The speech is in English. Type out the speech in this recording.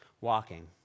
walking